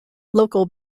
local